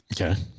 Okay